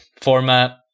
format